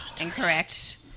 Incorrect